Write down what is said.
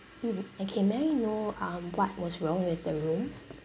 mmhmm okay may I know um what was wrong with the room